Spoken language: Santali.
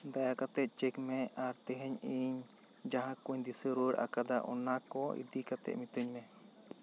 ᱫᱟᱭᱟ ᱠᱟᱛᱮᱫ ᱪᱮᱹᱠ ᱢᱮ ᱟᱨ ᱛᱮᱦᱮᱧ ᱤᱧ ᱡᱟᱦᱟᱸ ᱠᱚᱧ ᱫᱤᱥᱟᱹ ᱨᱩᱣᱟᱹᱲ ᱟᱠᱟᱫᱟ ᱚᱱᱟ ᱠᱚ ᱤᱫᱤ ᱠᱟᱛᱮᱫ ᱢᱤᱛᱟᱹᱧ ᱢᱮ